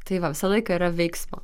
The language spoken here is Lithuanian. tai va visą laiką yra veiksmo